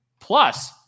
Plus